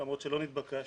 למרות שלא נתבקשתי,